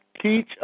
teach